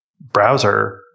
browser